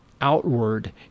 outward